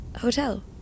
Hotel